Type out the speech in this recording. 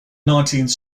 nineteenth